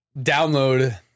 Download